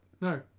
No